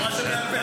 תורה שבעל פה,